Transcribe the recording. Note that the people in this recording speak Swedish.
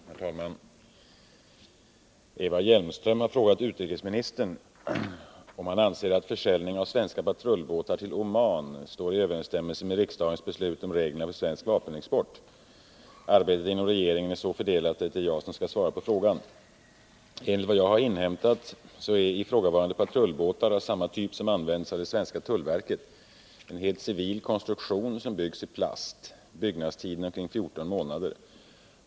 Herr talman! Eva Hjelmström har frågat utrikesministern om han anser att försäljning av svenska patrullbåtar till Oman står i överensstämmelse med riksdagens beslut om reglerna för svensk vapenexport. Arbetet inom regeringen är så fördelat att det är jag som skall svara på frågan. Enligt vad jag har inhämtat är ifrågavarande patrullbåtar av samma typ som används av det svenska tullverket. Det är en helt civil konstruktion som byggs i plast. Byggnadstiden är omkring 14 månader.